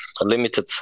limited